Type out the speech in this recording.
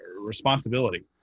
responsibility